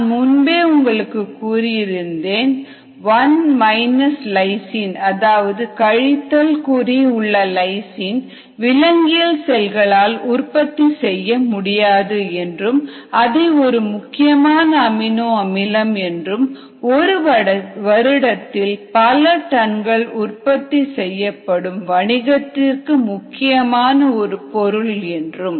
நான் முன்பே உங்களுக்கு கூறியிருந்தேன் 1 லைசின் அதாவது கழித்தல் குறி உள்ள லைசின் விலங்கியல் செல்களால் உற்பத்தி செய்யமுடியாது என்றும் அது ஒரு முக்கியமான அமினோ அமிலம் என்றும் ஒரு வருடத்தில் பல டன்கள் உற்பத்தி செய்யப்படும் வணிகத்திற்கு முக்கியமான ஒரு பொருள் என்று